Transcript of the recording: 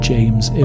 James